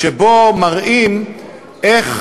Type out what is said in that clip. שבו מראים איך